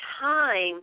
time